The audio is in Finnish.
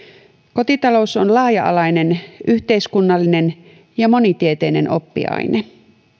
kotitalous on laaja alainen yhteiskunnallinen ja monitieteinen oppiaine